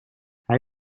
hij